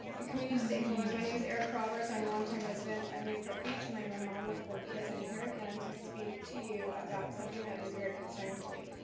and community stakeholders. my name is erica roberts, i'm a long-time resident of newport beach and i am a mom of four kids. i'm here again to speak to you about something that is very concerning to me.